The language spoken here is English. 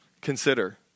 consider